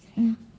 mm